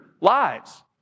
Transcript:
lives